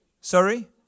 Sorry